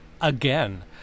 again